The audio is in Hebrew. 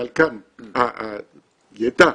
הדלקן יידע